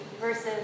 versus